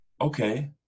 okay